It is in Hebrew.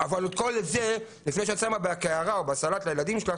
אבל לפני שאת שמה את זה בקערה או בסלט לילדים שלך,